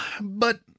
But